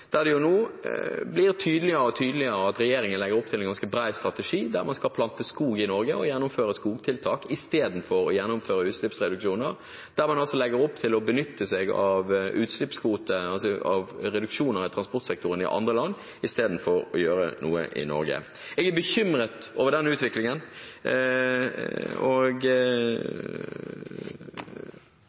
tydeligere at regjeringen legger opp til en ganske bred strategi der man skal plante skog i Norge og gjennomføre skogtiltak istedenfor å gjennomføre utslippsreduksjoner, og der man legger opp til å benytte seg av utslippskvoter, altså reduksjoner i transportsektoren i andre land, istedenfor å gjøre noe i Norge. Jeg er bekymret over den utviklingen og